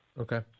Okay